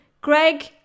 Greg